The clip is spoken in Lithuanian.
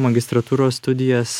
magistratūros studijas